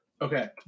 Okay